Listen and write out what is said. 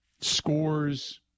scores